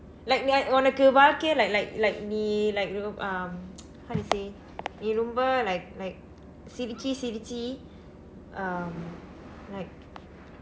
like like உனக்கு வாழ்க்கையே:unakku valkaiyee like like like நீ:nii like ரொம்ப:rompa ah how to say நீ ரொம்ப:nii rompa like like சிரிச்சி சிரிச்சி:sirichsi sirichsi um like